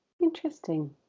interesting